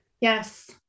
Yes